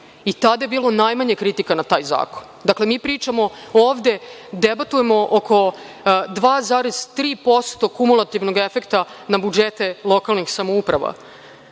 Tada je bilo najmanje kritika na taj zakon. Dakle, mi pričamo ovde, debatujemo oko 2,3% kumulativnog efekta na budžete lokalnih samouprava,